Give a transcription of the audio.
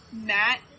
Matt